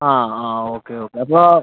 ആ ആ okay okay അപ്പോൾ